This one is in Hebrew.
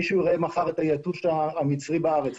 מישהו יראה מחר את היתוש המצרי בארץ,